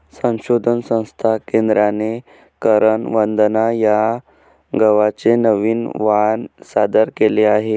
संशोधन संस्था केंद्राने करण वंदना या गव्हाचे नवीन वाण सादर केले आहे